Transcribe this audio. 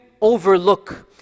overlook